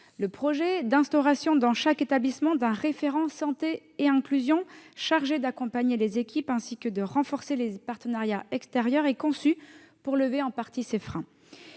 Le projet d'instaurer dans chaque établissement un référent santé et inclusion, chargé d'accompagner les équipes et de renforcer les partenariats extérieurs, est conçu pour lever en partie ces freins.